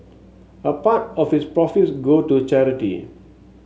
a part of its profits go to charity